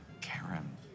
Karen